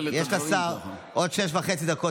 בלי לקרוא